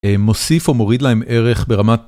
מוסיף או מוריד להם ערך ברמת.